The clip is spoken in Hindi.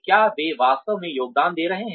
क्या वे वास्तव में योगदान दे रहे हैं